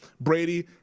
Brady